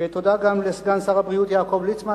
ותודה גם לסגן שר הבריאות יעקב ליצמן,